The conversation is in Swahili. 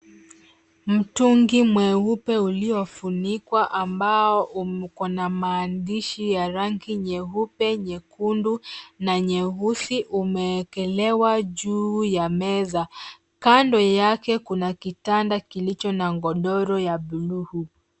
Mtungi mweupe uliofunikwa ambao uko na maandishi ya rangi nyeupe, nyekundu na nyeusi umewekelewa juu ya meza. Kando yake kuna kitanda kilicho na godoro ya bluu.